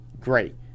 great